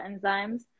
enzymes